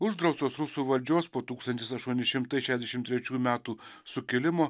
uždraustos rusų valdžios po tūkstantis aštuoni šimtai šešiasdešimt trečiųjų metų sukilimo